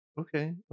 Okay